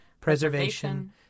preservation